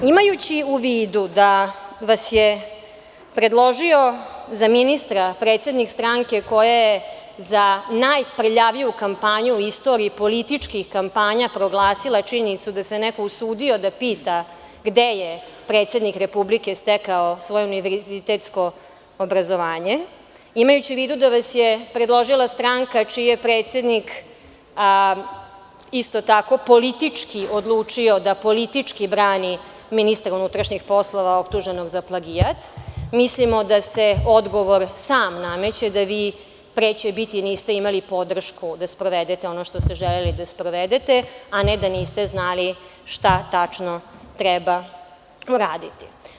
Imajući u vidu da vas je predložio za ministra predsednik stranke koja je za najprljaviju kampanju u istoriji političkih kampanja proglasila činjenicu da se neko usudio da pita gde je predsednik Republike stekao svoje univerzitetsko obrazovanje, imajući u vidu da vas je predložila stranka čiji je predsednik isto tako politički odlučio da politički brani ministra unutrašnjih poslova optužen za plagijat, mislim da se odgovor sam nameće, da vi, pre će biti, niste imali podršku da sprovedete ono što ste želeli da sprovedete, a ne da niste znali šta tačno treba uraditi.